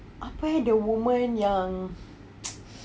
apa ya the woman yang